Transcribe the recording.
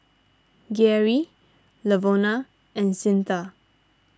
Geary Lavona and Cyntha